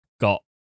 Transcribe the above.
got